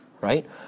right